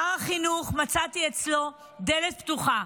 אצל שר החינוך מצאתי דלת פתוחה,